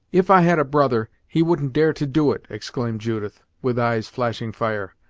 if i had a brother, he wouldn't dare to do it! exclaimed judith, with eyes flashing fire.